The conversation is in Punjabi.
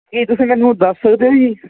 ਕੀ ਤੁਸੀਂ ਮੈਨੂੰ ਦੱਸ ਸਕਦੇ ਹੋ ਜੀ